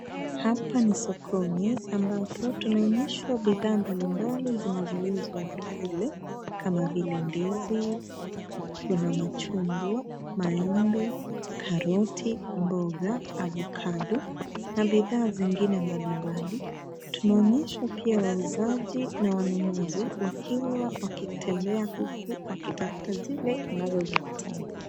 Hapa ni sokoni ambapo tunaonyeshwa bidhaa mbalimbali zinazouzwa uvikule kama vile ndizi, kuna machungwa, maembe, karoti, mboga, avocado na bidhaa zingine mbalimbali. Tunaonyeshwa pia wauzaji na wanunuzi wakiwa wakitembea huku wakitafuta zile wanazozihitaji.